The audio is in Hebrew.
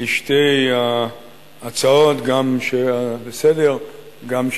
על שתי ההצעות לסדר-היום,